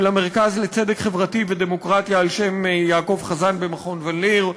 המרכז לצדק חברתי ודמוקרטיה על שם יעקב חזן במכון ון-ליר,